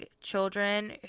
children